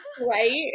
right